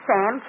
Sam